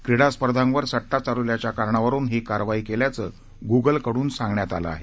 क्रीडा स्पर्धावर सट्टा चालवल्याच्या कारणावरून ही कारवाई केल्याचं गूगलकडून सांगण्यात आलं आहे